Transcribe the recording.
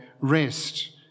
rest